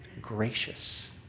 gracious